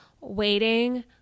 waiting